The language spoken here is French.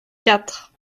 quatre